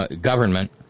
government